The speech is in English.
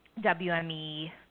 WME